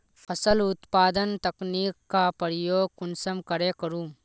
फसल उत्पादन तकनीक का प्रयोग कुंसम करे करूम?